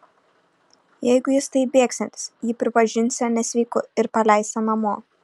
jeigu jis taip bėgsiantis jį pripažinsią nesveiku ir paleisią namo